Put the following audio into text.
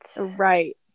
Right